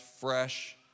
fresh